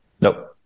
Nope